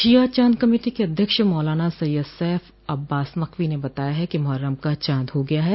शिया चाँद कमेटी के अध्यक्ष मौलाना सैय्यद सैफ अब्बास नकवी ने बताया कि मुहर्रम का चाँद हो गया है